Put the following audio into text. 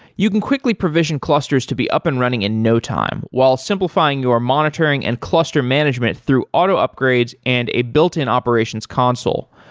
you can quickly provision clusters to be up and running in no time while simplifying your monitoring and cluster management through auto upgrades and a built-in operations console.